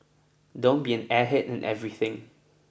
don't be an airhead in everything